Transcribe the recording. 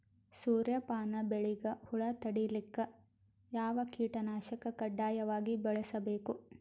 ಸೂರ್ಯಪಾನ ಬೆಳಿಗ ಹುಳ ತಡಿಲಿಕ ಯಾವ ಕೀಟನಾಶಕ ಕಡ್ಡಾಯವಾಗಿ ಬಳಸಬೇಕು?